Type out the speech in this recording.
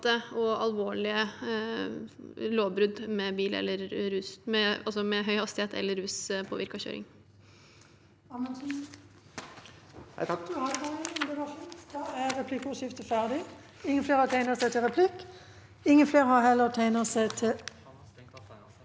og alvorlige lovbrudd med høy hastighet eller ruspåvirket kjøring.